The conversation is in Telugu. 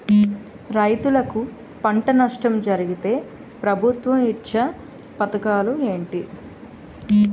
రైతులుకి పంట నష్టం జరిగితే ప్రభుత్వం ఇచ్చా పథకాలు ఏంటి?